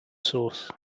source